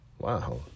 Wow